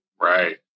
Right